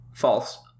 False